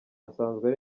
asanzwe